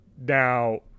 now